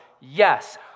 Yes